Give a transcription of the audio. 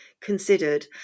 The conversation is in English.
considered